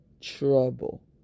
trouble